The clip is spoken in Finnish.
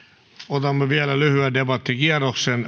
otamme vielä lyhyen debattikierroksen